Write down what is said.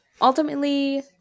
ultimately